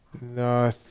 No